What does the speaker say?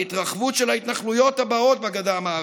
ההתרחבות של ההתנחלויות הבאות בגדה המערבית.